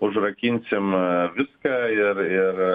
užrakinsim viską ir ir